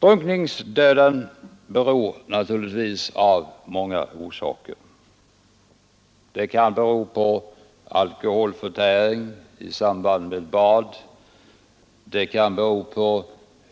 Drunkningsdöden har naturligtvis många orsaker. Den kan bero på alkoholförtäring i samband med bad,